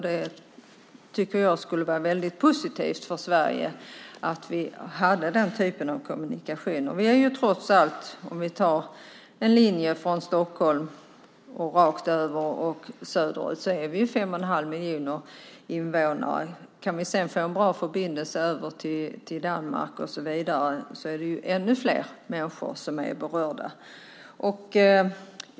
Det skulle vara väldigt positivt för Sverige, tycker jag, att ha mer av den typen av kommunikationer. Vi kan dra en linje från Stockholm rakt över landet och söderut. Där finns 5,5 miljoner invånare. Kan vi sedan få en bra förbindelse över till Danmark och så vidare berörs ännu fler människor.